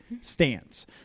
stands